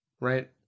right